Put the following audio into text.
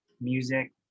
music